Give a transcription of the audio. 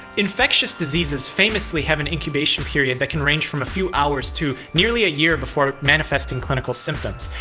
infectious diseases famously have an incubation period that can range from a few hours to nearly a year before manifesting clinical symptoms.